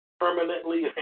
Permanently